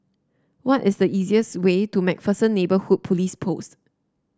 what is the easiest way to MacPherson Neighbourhood Police Post